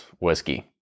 Whiskey